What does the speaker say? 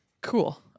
Cool